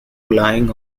relying